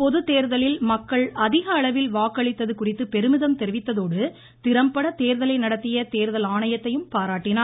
பொதுத்தேர்தலில் மக்கள் நடைபெற்ற அதிகளவில் வாக்களித்தது குறித்து பெருமிதம் தெரிவித்ததோடு திறம்பட தேர்தலை நடத்திய தேர்தல் ஆணையத்தைப் பாராட்டினார்